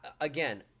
again